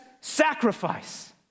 sacrifice